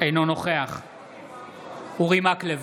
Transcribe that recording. אינו נוכח אורי מקלב,